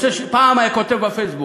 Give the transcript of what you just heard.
פעם הוא היה כותב בפייסבוק,